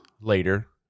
later